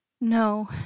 No